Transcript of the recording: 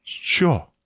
Sure